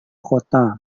kota